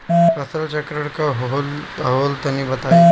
फसल चक्रण का होला तनि बताई?